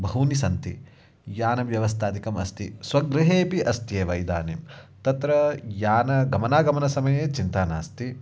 बहूनि सन्ति यानव्यवस्थादिकम् अस्ति स्वगृहेपि अस्ति एव इदानीं तत्र यानं गमनागमनसमये चिन्ता नास्ति